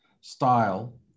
style